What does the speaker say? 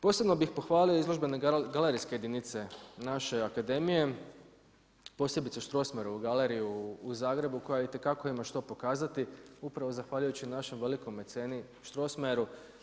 Posebno bi pohvalio izložbene galerijske jedinice naše akademije, posebice Strossmayeru galeriju u Zagrebu koja itekako ima što pokazati, upravo zahvaljujući našem velikom meceni Strossmayeru.